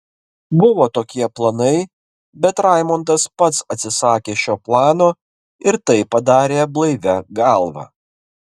buvo tokie planai bet raimondas pats atsisakė šio plano ir tai padarė blaivia galva